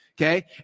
okay